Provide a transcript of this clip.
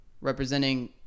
representing –